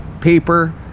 paper